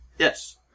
Yes